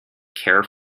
care